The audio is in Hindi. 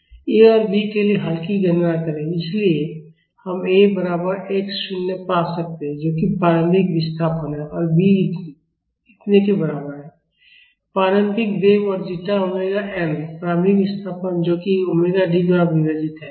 A और B के लिए हल की गणना करें इसलिए हम A बराबर x 0 पा सकते हैं जो कि प्रारंभिक विस्थापन है और B इतने के बराबर है प्रारंभिक वेग और जीटा ओमेगा n प्रारंभिक विस्थापन जो कि ओमेगा डी द्वारा विभाजित है